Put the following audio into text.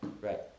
right